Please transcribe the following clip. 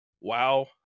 WoW